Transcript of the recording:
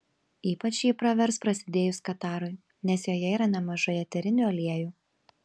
ypač ji pravers prasidėjus katarui nes joje yra nemažai eterinių aliejų